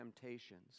temptations